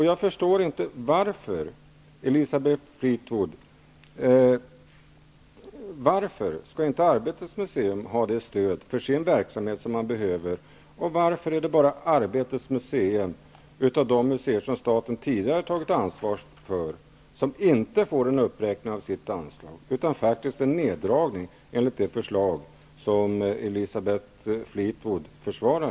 Jag förstår inte, Elisabeth Fleetwood, varför Arbetets museum inte skall ha det stöd för sin verksamhet som man behöver. Varför är det bara Arbetets museum av de museer som staten tidigare har tagit ansvar för som inte får en uppräkning av sitt anslag utan faktiskt en neddragning enligt det förslag som Elisabeth Fleetwood här försvarar?